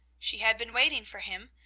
she had been waiting for him,